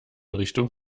richtung